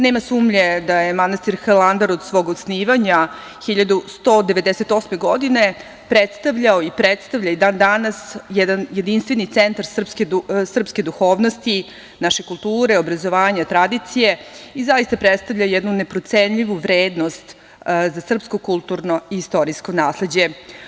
Nema sumnje da je manastir Hilandar od svog osnivanja 1198. godine predstavljao i predstavlja i dan danas jedan jedinstveni centar srpske duhovnosti, naše kulture, obrazovanja, tradicije i zaista predstavlja jednu neprocenjivu vrednost za srpsko kulturno i istorijsko nasleđe.